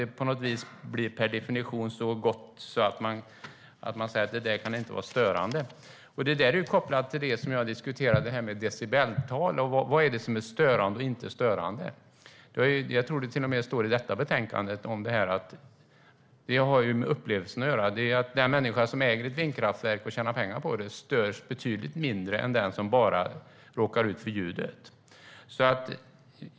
Vindkraften blir per definition något så gott att man inte vill medge att den kan vara störande. Det är kopplat till det som jag diskuterade om decibeltal: Vad är det som är störande och inte störande? Jag tror att det till och med står i detta betänkande att det har med upplevelsen att göra. Den människa som äger ett vindkraftverk och tjänar pengar på det störs betydligt mindre än den som bara råkar ut för ljudet.